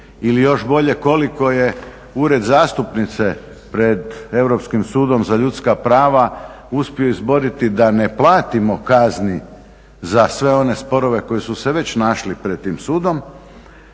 Ili još bolje koliko je ured zastupnice pred Europskim sudom za ljudska prava uspio izboriti da ne platimo kazni za sve one sporove koji su se već našli pred tim sudom.